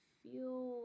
feel